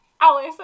Alice